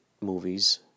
movies